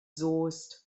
soest